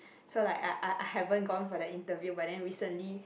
so like I I haven't gone for the interview but then recently